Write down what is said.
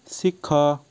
ଶିଖ